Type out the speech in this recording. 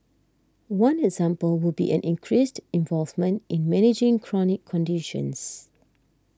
one example would be an increased involvement in managing chronic conditions